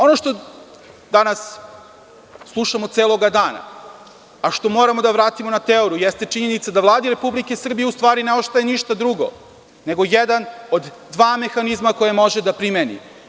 Ono što danas slušamo celog dana, a što moramo da vratimo na teoriju, jeste činjenica da Vladi RS u stvari ne ostaje ništa drugo nego jedan od dva mehanizma koje može da primeni.